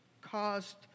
caused